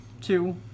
two